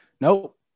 Nope